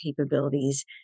capabilities